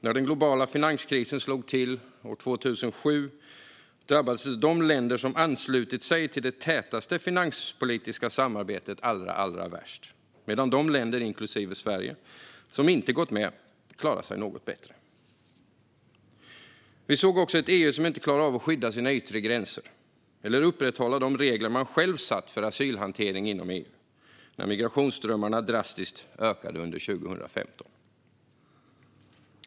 När den globala finanskrisen slog till år 2007 drabbades de länder som hade anslutit sig till det tätaste finanspolitiska samarbetet allra värst, medan de länder - inklusive Sverige - som inte gått med klarade sig något bättre. Vi såg också ett EU som inte klarade av att skydda sina yttre gränser eller upprätthålla de regler man själv hade infört för asylhantering inom EU när migrationsströmmarna drastiskt ökade under 2015.